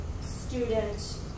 student